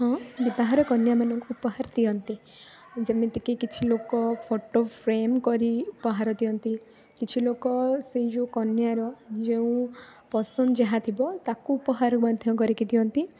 ହଁ ବିବାହର କନ୍ୟାମାନଙ୍କୁ ଉପହାର ଦିଅନ୍ତି ଯେମିତି କି କିଛି ଲୋକ ଫଟୋ ଫ୍ରେମ୍ କରି ଉପହାର ଦିଅନ୍ତି କିଛି ଲୋକ ସେଇ ଯେଉଁ କନ୍ୟାର ଯେଉଁ ପସନ୍ଦ ଯାହା ଥିବ ତାକୁ ଉପହାର ମଧ୍ୟ କରି ଦିଅନ୍ତି